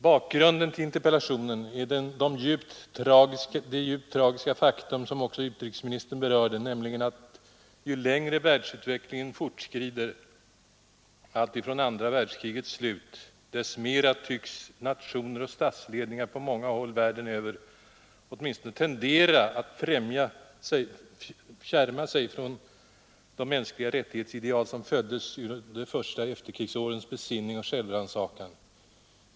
Bakgrunden till interpellationen är det djupt tragiska faktum som också utrikesministern berörde, nämligen att ju längre världsutvecklingen fortskrider alltifrån andra världskrigets slut, dess mera tycks nationer och statsledningar på många håll världen över åtminstone tendera att fjärma sig från de mänskliga rättighetsideal som föddes ur de första efterkrigsårens besinning och självrannsakan.